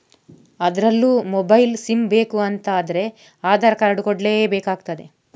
ಅದ್ರಲ್ಲೂ mobile sim ಬೇಕು ಅಂತ ಆದ್ರೆ ಆಧಾರ್ ಕಾರ್ಡ್ ಕೊಡ್ಲೇ ಬೇಕಾಗ್ತದೆ